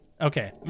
Okay